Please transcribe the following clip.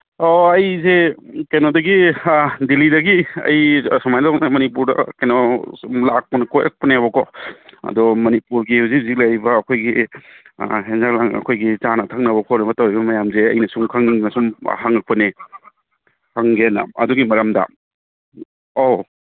ꯑꯣ ꯑꯩꯁꯦ ꯀꯩꯅꯣꯗꯒꯤ ꯗꯦꯜꯂꯤꯗꯒꯤ ꯑꯩ ꯁꯨꯃꯥꯏ ꯇꯧꯗꯅ ꯃꯅꯤꯄꯨꯔꯗ ꯀꯩꯅꯣ ꯂꯥꯛꯄꯅꯦ ꯀꯣꯏꯔꯛꯄꯅꯦꯕꯀꯣ ꯑꯗꯣ ꯃꯅꯤꯄꯨꯔꯒꯤ ꯍꯨꯖꯤꯛ ꯍꯨꯖꯤꯛ ꯂꯩꯔꯤꯕ ꯑꯩꯈꯣꯏꯒꯤ ꯍꯦꯟꯖꯥꯡ ꯆꯥꯅ ꯊꯛꯅꯕ ꯈꯣꯠꯅ ꯇꯧꯔꯤꯕ ꯃꯌꯥꯝꯁꯦ ꯑꯩꯅ ꯁꯨꯝ ꯈꯪꯅꯤꯡꯗꯅ ꯁꯨꯝ ꯍꯪꯉꯛꯄꯅꯦ ꯍꯪꯒꯦꯅ ꯑꯗꯨꯒꯤ ꯃꯔꯝꯗ ꯑꯧ